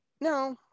No